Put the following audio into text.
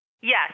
Yes